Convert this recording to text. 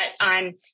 on